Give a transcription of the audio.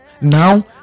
now